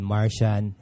Martian